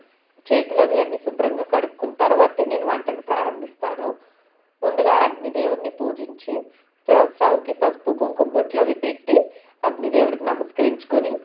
చేతులవి అన్ని శుభ్రంగా కడుకున్న తర్వాతే నేను వంటను ప్రారంభిస్తాను ముందుగా అగ్నిదేవుడిని పూజించి స్టవ్కి పసుపు కుంకుమ బోట్లవి పెట్టి అగ్ని దేవుడికి నమస్కరించుకుని